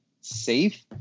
safe